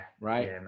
Right